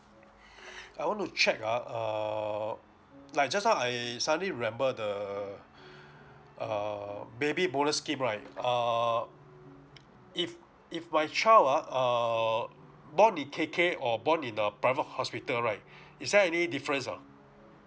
I want to check ah err like just now I suddenly remember the err baby bonus scheme right err if if my child ah err born in K_K or born in a private hospital right is there any difference ah